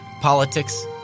politics